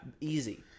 Easy